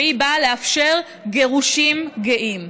והיא באה לאפשר גירושים גאים.